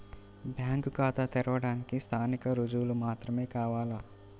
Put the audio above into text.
Bank ఖాతా తెరవడానికి స్థానిక రుజువులు మాత్రమే కావాలా?